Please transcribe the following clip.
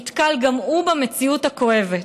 נתקל גם הוא במציאות הכואבת.